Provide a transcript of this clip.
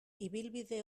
ibilbide